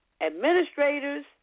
administrators